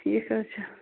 ٹھیٖک حظ چھِ